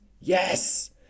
yes